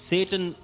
Satan